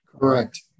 correct